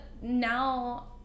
now